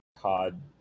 COD